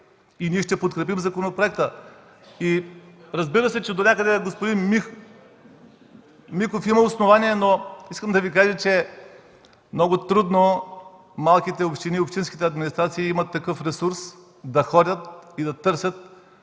и ние ще подкрепим законопроекта. Разбира се, че донякъде господин Миков има основание, но искам да Ви кажа, че много трудно малките общини и общинските администрации имат ресурса да ходят и да търсят